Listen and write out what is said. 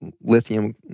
lithium